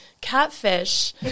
catfish